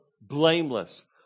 blameless